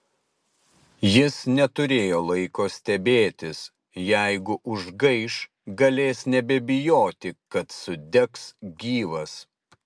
jis neturėjo laiko stebėtis jeigu užgaiš galės nebebijoti kad sudegs gyvas